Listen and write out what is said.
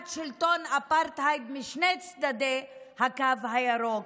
שלטון אפרטהייד משני צידי הקו הירוק.